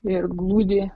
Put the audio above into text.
ir glūdi